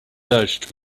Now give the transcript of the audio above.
urged